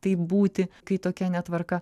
taip būti kai tokia netvarka